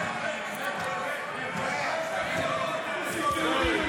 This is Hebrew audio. רד, רד, רד, רד.